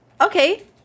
Okay